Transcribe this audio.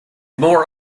more